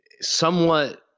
somewhat